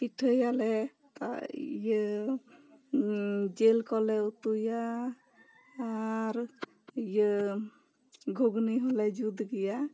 ᱯᱤᱴᱷᱟᱹᱭᱟᱞᱮ ᱛᱟ ᱤᱭᱟᱹ ᱡᱮᱞ ᱠᱚ ᱞᱮ ᱩᱛᱩᱭᱟ ᱟᱨ ᱤᱭᱟᱹ ᱜᱷᱩᱜᱽᱱᱤ ᱦᱚᱸ ᱞᱮ ᱡᱩᱛ ᱜᱮᱭᱟ